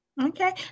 Okay